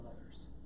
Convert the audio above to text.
others